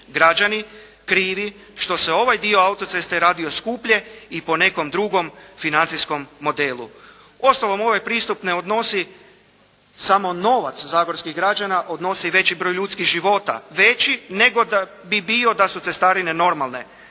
građani krivi što se ovaj dio autoceste radio skuplje i po nekom drugom financijskom modelu. Uostalom, ovaj pristup ne odnosi samo novac Zagorskih građana, odnosi veći broj ljudskih života, veći nego da bi bio da su cestarine normalne.